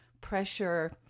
pressure